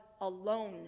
alone